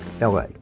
LA